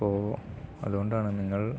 ഇപ്പോൾ അതുകൊണ്ടാണ് ഞങ്ങൾ